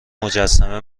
مجسمه